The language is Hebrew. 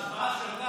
ההשוואה של,